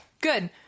good